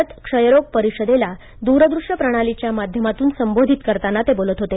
भारत क्षयरोग परिषदेला द्रदृष्य प्रणालीच्या माध्यमातून संबोधित करताना ते बोलत होते